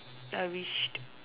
I wished